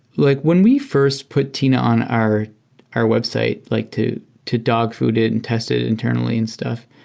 like when we first put tina on our our website like to to dog food it and test it internally and stuff,